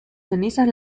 cenizas